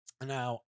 Now